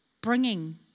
bringing